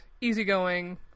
easygoing